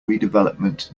redevelopment